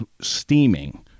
steaming